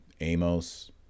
Amos